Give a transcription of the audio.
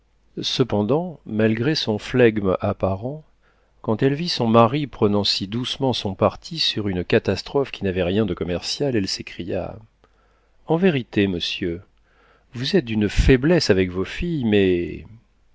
cependant malgré son flegme apparent quand elle vit son mari prenant si doucement son parti sur une catastrophe qui n'avait rien de commercial elle s'écria en vérité monsieur vous êtes d'une faiblesse avec vos filles mais